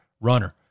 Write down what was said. runner